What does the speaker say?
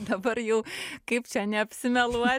dabar jau kaip čia neapsimeluot